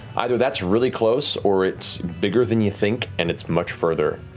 either that's really close or it's bigger than you think and it's much further.